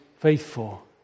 faithful